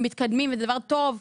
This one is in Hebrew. הם מתקדמים וזה דבר טוב,